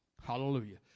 Hallelujah